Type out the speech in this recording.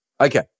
Okay